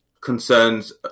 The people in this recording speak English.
concerns